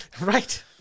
Right